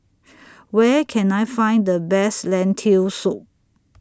Where Can I Find The Best Lentil Soup